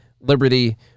liberty